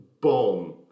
bomb